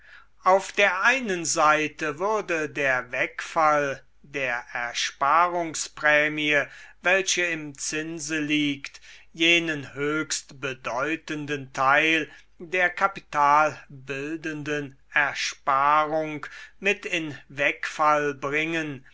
auf der einen seite würde der wegfall der ersparungsprämie welche im zinse liegt jenen höchst bedeutenden teil der kapitalbildenden ersparung mit in wegfall bringen